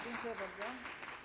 Dziękuję bardzo.